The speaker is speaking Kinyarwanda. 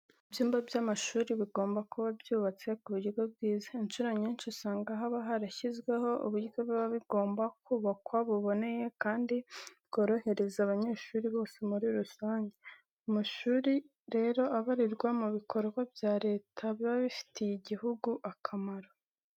Ibyumba by'amashuri bigomba kuba byubatse ku buryo bwiza. Incuro nyinshi usanga haba harashyizweho uburyo biba bigomba kubakwa buboneye kandi bworohereza abanyeshuri bose muri rusange. Amashuri rero, abarirwa mu bikorwa bya Leta biba bifitiye igihugu akamaro.